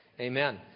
Amen